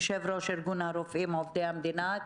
יו"ר ארגון הרופאים עובדי המדינה.